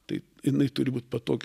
tai jinai turi būt patogi